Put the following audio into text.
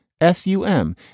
S-U-M